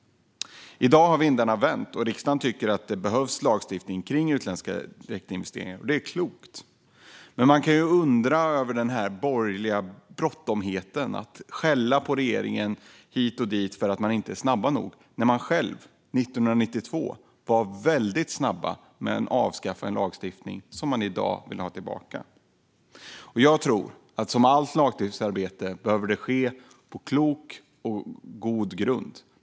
I dag har vindarna vänt, och riksdagen tycker att det behövs lagstiftning kring utländska direktinvesteringar. Det är klokt. Men man kan undra över varför det är så bråttom från de borgerliga partierna. De skäller på regeringen hit och dit för att den inte är snabb nog när de själva 1992 var väldigt snabba med att avskaffa en lagstiftning som de i dag vill ha tillbaka. Jag tror att allt lagstiftningsarbete behöver ske på en klok och god grund.